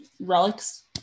relics